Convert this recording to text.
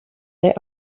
their